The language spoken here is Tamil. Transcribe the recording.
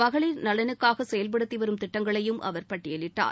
மகளிர் நலனுக்காகசெயல்படுத்திவரும் திட்டங்களையும் அவர் பட்டியலிட்டார்